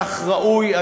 כך ראוי,